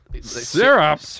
Syrup